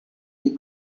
die